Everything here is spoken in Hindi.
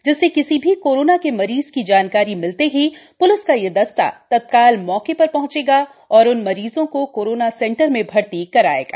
जिससे किसी भी कोरोना के मरीज की जानकारी मिलते ही प्लिस का यह दस्ता तत्काल मौके पर पहुंचेगा और उन मरीजों को कोरोना सेंटर में भर्ती कर आएगा